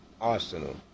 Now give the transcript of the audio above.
Arsenal